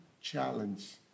challenge